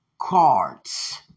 cards